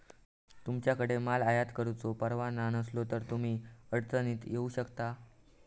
तुमच्याकडे माल आयात करुचो परवाना नसलो तर तुम्ही अडचणीत येऊ शकता